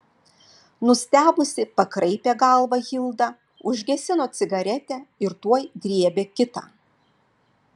nustebusi pakraipė galvą hilda užgesino cigaretę ir tuoj griebė kitą